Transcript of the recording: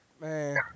Man